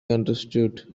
understood